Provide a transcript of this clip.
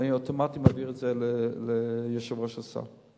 ואני אוטומטית מעביר את זה ליושב-ראש ועדת הסל,